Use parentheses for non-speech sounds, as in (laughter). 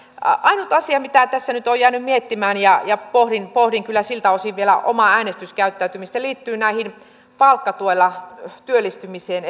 ainut asia mitä tässä nyt olen jäänyt miettimään ja ja pohdin pohdin kyllä siltä osin vielä omaa äänestyskäyttäytymistäni liittyy tähän palkkatuella työllistymiseen (unintelligible)